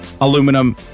aluminum